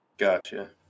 Gotcha